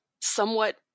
somewhat